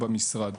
במשרד.